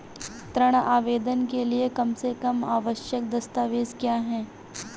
ऋण आवेदन के लिए कम से कम आवश्यक दस्तावेज़ क्या हैं?